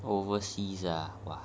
overseas ah !wah!